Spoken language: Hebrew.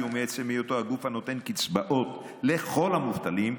ומעצם היותו הגוף הנותן קצבאות לכל המובטלים,